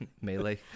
Melee